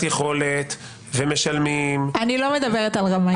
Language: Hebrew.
יכולת ומשלמים --- אני לא מדברת על רמאים.